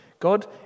God